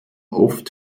oft